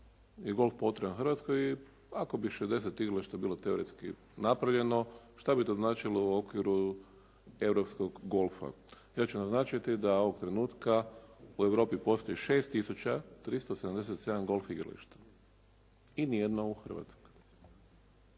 je golf potreban Hrvatskoj i ako bi 60 igrališta bilo teoretski napravljeno, što bi to značilo u okviru europskog golfa. Ja ću naznačiti da ovog trenutka u Europi postoji 6 tisuća 377 golf igrališta i nijedno u Hrvatskoj.